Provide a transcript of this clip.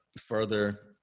further